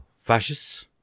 fascists